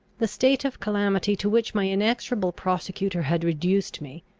the state of calamity to which my inexorable prosecutor had reduced me,